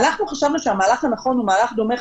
הוא מהלך דומה.